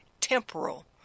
temporal